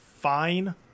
fine